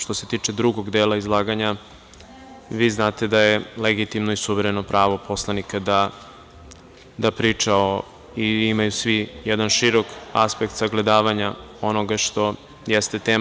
Što se tiče drugog dela izlaganja, vi znate da je legitimno i suvereno pravo poslanika da priča i imaju svi jedan širok aspekt sagledavanja onoga što jeste tema.